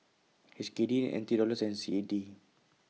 H K D N T Dollars and C A D